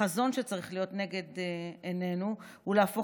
החזון שצריך להיות לנגד עינינו הוא להפוך